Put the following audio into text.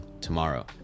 tomorrow